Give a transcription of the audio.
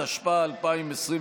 התשפ"א 2021,